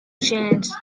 chance